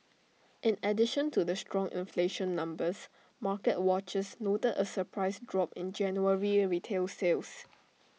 in addition to the strong inflation numbers market watchers noted A surprise drop in January retail sales